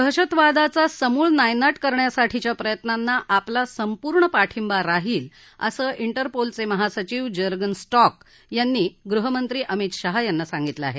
दहशतवादाचा समूळ नायनाट करण्यासाठीच्या प्रयत्नांना आपला संपूर्ण पाठिंबा राहील असं त्तेरपोलचे महासचिव जर्गन स्टॉक यांनी गृहमंत्री अमित शाह यांना सांगितलं आहे